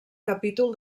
capítol